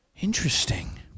Interesting